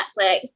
netflix